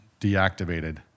deactivated